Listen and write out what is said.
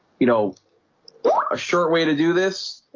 you know a short way to do this